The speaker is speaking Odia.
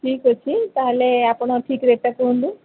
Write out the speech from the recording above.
ଠିକ୍ ଅଛି ତାହାଲେ ଆପଣ ଠିକ୍ ରେଟ୍ଟା କୁହନ୍ତୁ